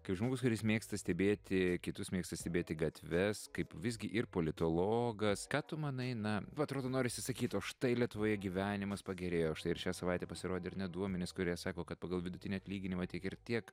kaip žmogus kuris mėgsta stebėti kitus mėgsta stebėti gatves kaip visgi ir politologas ką tu manai na va atrodo norisi sakyt o štai lietuvoje gyvenimas pagerėjo štai ir šią savaitę pasirodė ar ne duomenys kurie sako kad pagal vidutinį atlyginimą tiek ir tiek